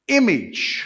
image